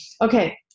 Okay